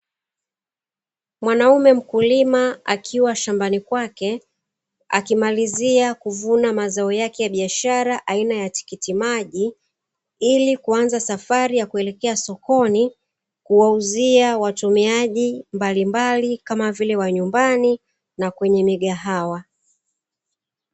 Mwanaume mkulima akiwa shambani kwake akimalizia kuvuna mazao yake ya biashara aina ya tikiti maji, ili kuanza safari ya kuelekea sokoni kuwauzia watumiaji mbalimbali kama vile wa nyumbani, na kwenye migahawa.